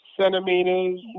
Centimeters